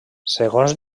segons